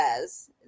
says